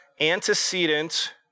antecedent